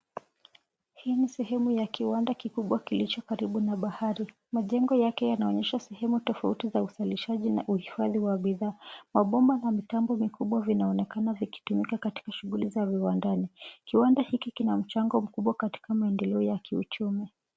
Hii ni sehemu ya kiwanda kikubwa kilicho karibu na bahari. Majengo yake yanaonyesha sehemu tofauti za uzalishaji na uhifadhi wa bidhaa. Mabomba na mitambo mikubwa vinaonekana vikitumika katika shughuli za viwandani. Kiwanda hiki kina mchango mkubwa katika maendeleo ya kiuchumi.